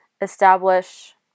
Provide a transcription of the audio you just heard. establish